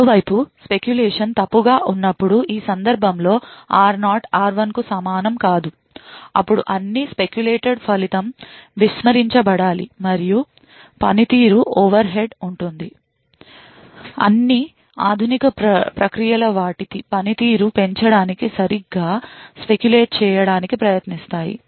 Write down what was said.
మరోవైపు speculation తప్పుగా ఉన్నప్పుడు ఈ సందర్భంలో r0 r1 కు సమానం కాదు అప్పుడు అన్ని speculated సూచనలు ఫలితం విస్మరించబడాలి మరియు పనితీరు ఓవర్ హెడ్ ఉంటుంది అన్ని ఆధునిక ప్రక్రియలు వాటి పనితీరును పెంచడానికి సరిగ్గా speculate చేయడానికి ప్రయత్నిస్తాయి